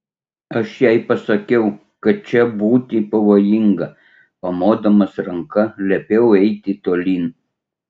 aš jai pasakiau kad čia būti pavojinga pamodamas ranka liepiau eiti tolyn